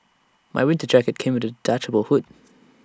my winter jacket came with A detachable hood